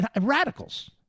radicals